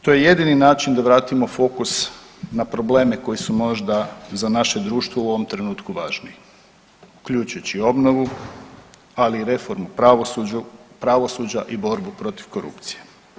To je jedini način da vratimo fokus na probleme koji su možda za naše društvo u ovom trenutku važniji, uključujući obnovu, ali i reformu pravosuđa i borbu protiv korupcije.